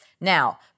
Now